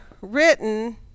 written